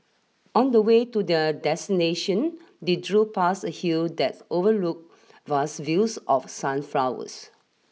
on the way to the destination they drove past a hill that overlooked vast fields of sunflowers